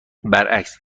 برعکس